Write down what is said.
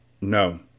No